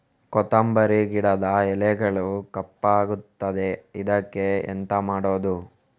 ಕೊತ್ತಂಬರಿ ಗಿಡದ ಎಲೆಗಳು ಕಪ್ಪಗುತ್ತದೆ, ಇದಕ್ಕೆ ಎಂತ ಮಾಡೋದು?